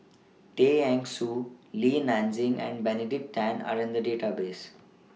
Tay Eng Soon Li Nanxing and Benedict Tan Are in The Database